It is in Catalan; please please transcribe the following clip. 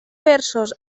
versos